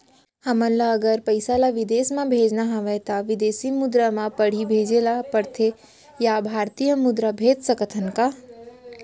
हमन ला अगर पइसा ला विदेश म भेजना हवय त विदेशी मुद्रा म पड़ही भेजे ला पड़थे या भारतीय मुद्रा भेज सकथन का?